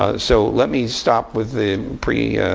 ah so let me stop with the